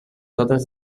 totes